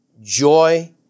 joy